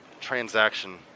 Transaction